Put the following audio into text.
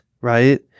right